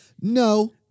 No